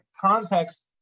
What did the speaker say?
context